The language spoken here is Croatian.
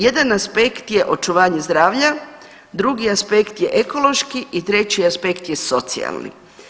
Jedan aspekt je očuvanje zdravlja, drugi aspekt je ekološki i treći aspekt je socijalni.